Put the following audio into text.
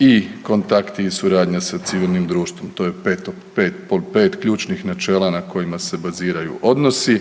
i kontakti i suradnja sa civilnim društvom, to je 5., 5 ključnih načela na kojima se baziraju odnosi.